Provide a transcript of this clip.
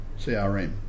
CRM